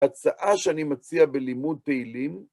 הצעה שאני מציע בלימוד תהילים